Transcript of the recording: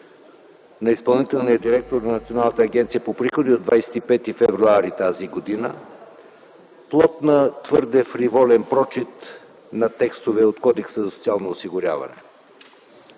на изпълнителния директор на Националната агенция по приходите от 25 февруари т.г., плод на твърде фриволен прочит на текстове от Кодекса за социално осигуряване.